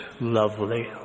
lovely